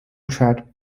track